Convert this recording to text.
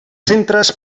centres